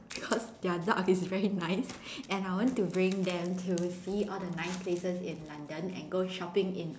because their duck is very nice and I want to bring them to see all the nice places in London and go shopping in